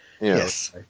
Yes